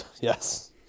yes